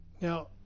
Now